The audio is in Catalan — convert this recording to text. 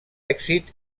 èxit